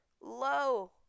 low